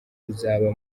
kuzaba